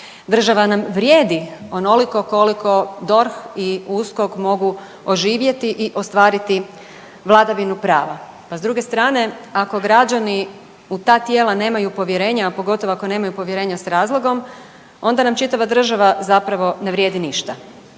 Država nam vrijedi onoliko koliko DORH i USKOK mogu oživjeti i ostvariti vladavinu prava, a s druge strane, ako građani u ta tijela nemaju povjerenja, a pogotovo ako nemaju povjerenja s razlogom, onda nam čitava država zapravo ne vrijedi ništa,